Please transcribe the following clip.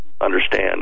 Understand